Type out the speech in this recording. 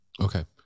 Okay